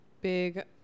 big